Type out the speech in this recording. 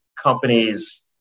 companies